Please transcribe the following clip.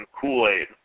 Kool-Aid